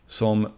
som